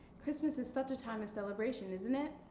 christmas is such a time of celebration, isn't it?